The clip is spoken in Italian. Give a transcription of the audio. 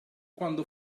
quando